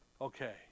Okay